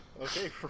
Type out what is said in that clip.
Okay